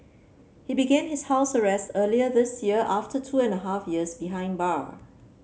he began his house arrest earlier this year after two and a half years behind bar